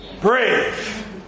brave